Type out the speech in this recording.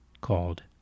called